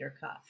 cuff